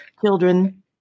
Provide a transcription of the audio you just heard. children